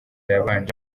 yabanje